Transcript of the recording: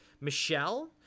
Michelle